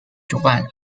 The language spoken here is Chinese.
主办